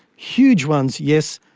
huge ones, yes.